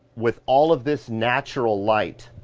with all of this natural light,